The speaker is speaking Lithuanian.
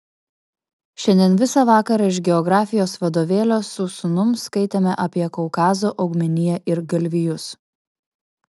šiandien visą vakarą iš geografijos vadovėlio su sūnum skaitėme apie kaukazo augmeniją ir galvijus